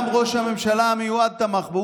גם ראש הממשלה המיועד תמך בו,